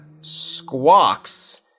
Squawks